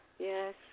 Yes